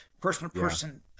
person-to-person